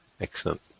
Excellent